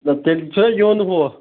نہ تیٚلہِ چھُنہ یُن ہُہ